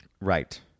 Right